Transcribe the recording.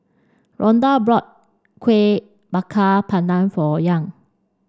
Rondal bought Kuih Bakar Pandan for Young